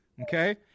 Okay